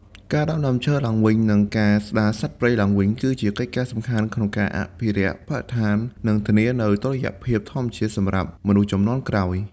ការដាំដើមឈើឡើងវិញ និងការស្ដារសត្វព្រៃឡើងវិញ គឺជាកិច្ចការសំខាន់ក្នុងការអភិរក្សបរិស្ថាន និងធានានូវតុល្យភាពធម្មជាតិសម្រាប់មនុស្សជំនាន់ក្រោយ។